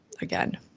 again